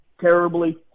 terribly